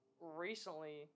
recently